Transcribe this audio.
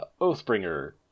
Oathbringer